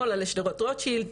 שמאלה לשדרות רוטשילד,